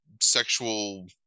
sexual